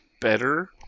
better